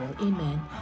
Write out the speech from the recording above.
amen